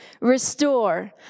Restore